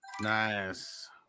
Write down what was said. Nice